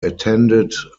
attended